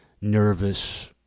nervous